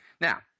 Now